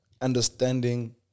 understanding